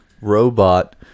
robot